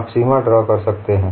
आप सीमा ड्रॉ कर सकते हैं